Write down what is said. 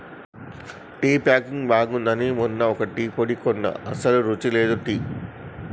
tea packing బాగుంది అని మొన్న ఒక టీ పొడి కొన్న అస్సలు రుచి లేదు టీ